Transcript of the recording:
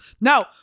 No